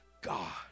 God